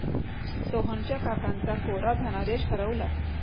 सोहनच्या काकांचा कोरा धनादेश हरवला